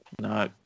no